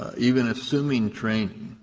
even assuming training,